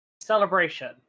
celebration